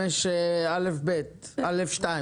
אם זה בא לרצות איזה משהו או שזה משמעותי-מהותי?